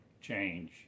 change